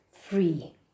free